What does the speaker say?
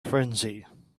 frenzy